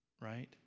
right